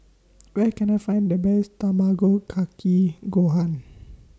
Where Can I Find The Best Tamago Kake Gohan